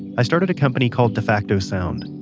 i started a company called defacto sound,